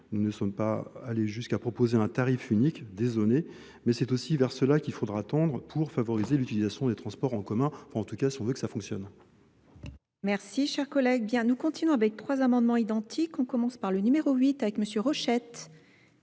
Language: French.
Nous ne sommes pas allés jusqu'à proposer un tarif unique désolé mais c'est aussi V. cela qu'il faudra attendre pour favoriser l'utilisation des transports en commun pour, en tout cas, on veut que cela fonctionne. Chers collègues, bien, nous continuons avec trois amendements identiques. On commence par le numéro huit avec M.. Rochette.